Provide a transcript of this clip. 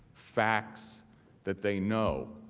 fax that they know.